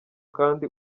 kandi